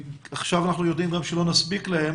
עכשיו אנחנו יודעים גם שלא נספיק את כולם,